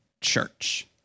church